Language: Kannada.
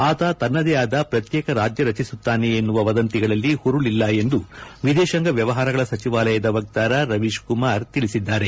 ಆತ ತನ್ನದೇ ಆದ ಪ್ರತ್ಯೇಕ ರಾಜ್ಯ ರಚಿಸುತ್ತಾನೆ ಎನ್ನುವ ವದಂತಿಗಳಲ್ಲಿ ಹುರುಳಿಲ್ಲ ಎಂದು ವಿದೇಶಾಂಗ ವ್ಚವಹಾರಗಳ ಸಚಿವಾಲಯದ ವಕ್ತಾರ ರವೀಶ್ ಕುಮಾರ್ ತಿಳಿಸಿದ್ದಾರೆ